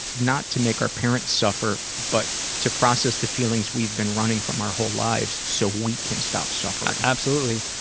not to make our parents suffer but to process the feelings we've been running from our whole lives so we can stop suffering. absolutely,